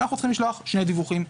אנחנו צריכים לשלוח שני דיווחים,